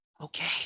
okay